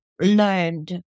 learned